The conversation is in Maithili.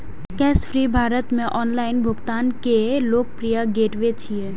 कैशफ्री भारत मे ऑनलाइन भुगतान के लोकप्रिय गेटवे छियै